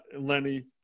Lenny